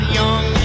young